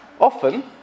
often